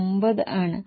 9 ആണ്